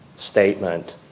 statement